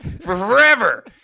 forever